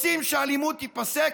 רוצים שהאלימות תיפסק?